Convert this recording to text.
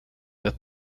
with